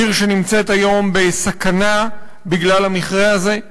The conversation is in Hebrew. עיר שנמצאת היום בסכנה בכלל המכרה הזה.